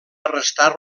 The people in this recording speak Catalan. arrestar